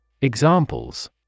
Examples